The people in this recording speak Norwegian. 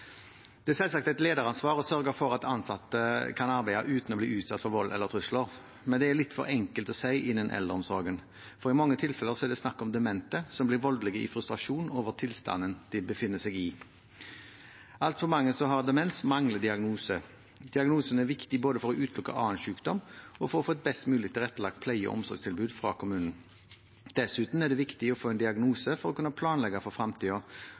Det er selvsagt et lederansvar å sørge for at ansatte kan arbeide uten å bli utsatt for vold eller trusler. Men det er litt for enkelt å si «innen eldreomsorgen», for i mange tilfeller er det snakk om demente som blir voldelige i frustrasjon over tilstanden de befinner seg i. Altfor mange som har demens, mangler diagnose. Diagnose er viktig både for å utelukke annen sykdom og for å få et best mulig tilrettelagt pleie- og omsorgstilbud fra kommunen. Dessuten er det viktig å få en diagnose for å kunne planlegge for